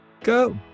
go